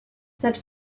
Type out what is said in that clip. cette